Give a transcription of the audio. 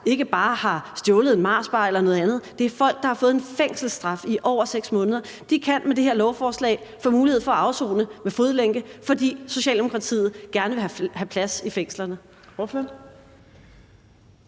ikke bare har stjålet en Marsbar eller noget andet – det er folk, der har fået en fængselsstraf på over 6 måneder. De kan med det her lovforslag få mulighed for at afsone i fodlænke, fordi Socialdemokratiet gerne vil have plads i fængslerne.